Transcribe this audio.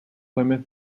plymouth